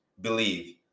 believe